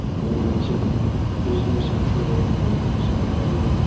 whether it's in business and trade, where we are doing so badly.